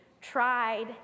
tried